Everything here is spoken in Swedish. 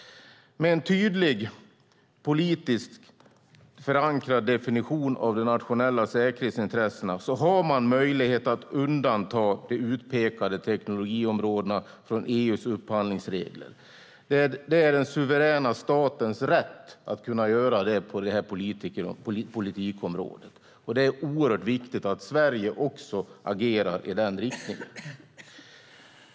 Med en tydlig politiskt förankrad definition av de nationella säkerhetsintressena har man möjlighet att undanta de utpekade teknologiområdena från EU:s upphandlingsregler. Det är den suveräna statens rätt att göra det på detta politikområde. Det är oerhört viktigt att Sverige också agerar i den riktningen.